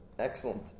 Excellent